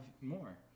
more